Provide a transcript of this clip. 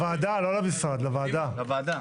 לוועדה, לא למשרד, לוועדה.